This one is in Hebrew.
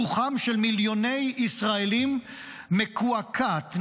רוחם של מיליוני ישראלים מקועקעת,